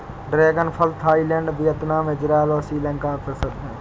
dragon फल Thailand, Vietnam, Israel और श्रीलंका में प्रसिद्ध है